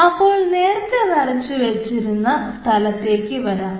അപ്പോൾ നേരത്തെ വരച്ച വെച്ചിരുന്ന സ്ഥലത്തേക്ക് വരാം